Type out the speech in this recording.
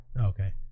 Okay